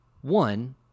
One